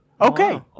Okay